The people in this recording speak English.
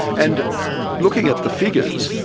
and looking at the figures,